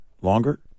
longer